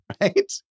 right